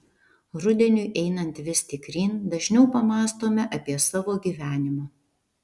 rudeniui einant vis tikryn dažniau pamąstome apie savo gyvenimą